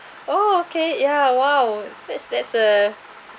oh okay ya !wow! that's that's a